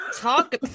Talk